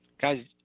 Guys